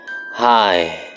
Hi